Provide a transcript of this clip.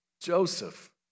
Joseph